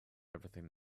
everything